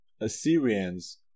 Assyrians